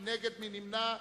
מי נגד, מי נמנע.